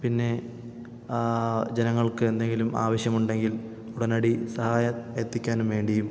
പിന്നെ ജനങ്ങൾക്ക് എന്തെങ്കിലും ആവശ്യമുണ്ടെങ്കിൽ ഉടനടി സഹായം എത്തിക്കാനും വേണ്ടിയും